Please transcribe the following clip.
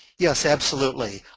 yes, absolutely.